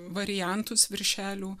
variantus viršelių